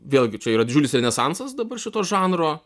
vėlgi čia yra didžiulis renesansas dabar šito žanro